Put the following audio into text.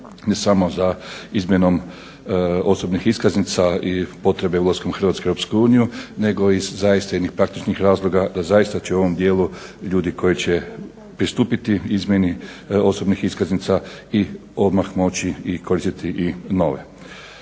ne samo za izmjenom osobnih iskaznica i potrebe ulaskom Hrvatske u EU, nego i zaista iz jednih praktičnih razloga da zaista će u ovom dijelu ljudi koji će pristupiti izmjeni osobnih iskaznica odmah moći i koristiti i nove.